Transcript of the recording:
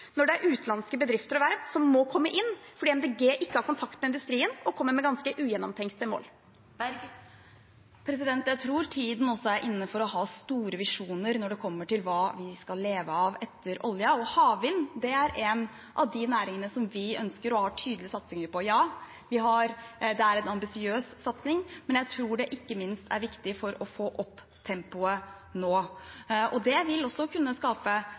når det er utenlandske bedrifter og verft som må inn, fordi Miljøpartiet De Grønne ikke har kontakt med industrien og kommer med ganske ugjennomtenkte mål? Jeg tror tiden også er inne for å ha store visjoner for hva vi skal leve av etter oljen, og havvind er en av de næringene vi ønsker å ha tydelig satsing på. Ja, det er en ambisiøs satsing, men jeg tror ikke minst det er viktig for å få opp tempoet nå. Det vil også kunne skape